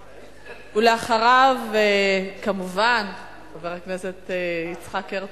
ולאחריו, כמובן, חבר הכנסת יצחק הרצוג.